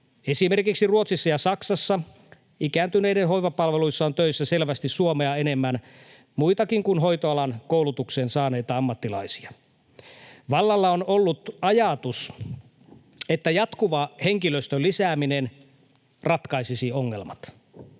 Esimerkiksi Ruotsissa ja Saksassa ikääntyneiden hoivapalveluissa on töissä selvästi Suomea enemmän muitakin kuin hoitoalan koulutuksen saaneita ammattilaisia. Vallalla on ollut ajatus, että jatkuva henkilöstön lisääminen ratkaisisi ongelmat.